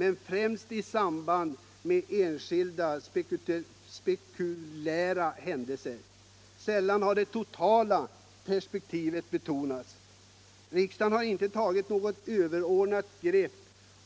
Men detta har främst skett i samband med enskilda spek= takulära händelser. Sällan har det totala perspektivet betonats. Riksdagen Om åtgärder mot har inte tagit något överordnat grepp